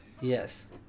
Yes